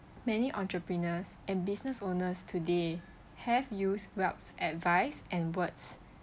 many entrepreneurs and business owners today have used welch's advice and words